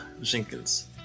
Jenkins